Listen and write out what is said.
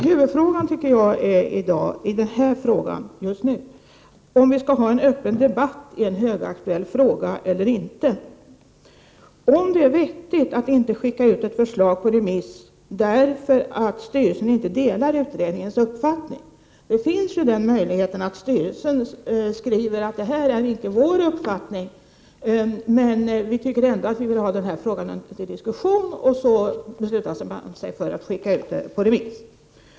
Herr talman! Jag tycker att huvudfrågan just nu är om vi skall ha en öppen debatt i ett högaktuellt spörsmål eller inte. Även om det är vettigt att inte skicka ut ett förslag på remiss om styrelsen inte delar utredningens uppfattning, finns ju den möjligheten att styrelsen skriver att denna uppfattning inte överensstämmer med dess mening men att man ändå vill ha frågan under diskussion och därför skickar ut den på remiss.